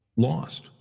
lost